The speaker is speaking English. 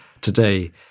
today